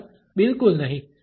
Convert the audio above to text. પ્રથમ બિલકુલ નહીં